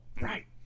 Right